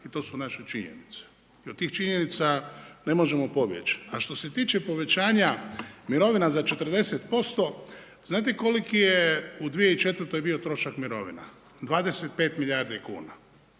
i to su naše činjenice, i od tih činjenica ne možemo pobjeći, a što se tiče povećanja mirovina za 40%, znate koliki je u 2004. bio trošak mirovina? 25 milijardi kuna,